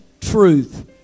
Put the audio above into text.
truth